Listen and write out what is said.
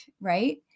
right